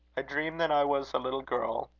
dreamed that i was a little girl,